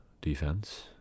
defense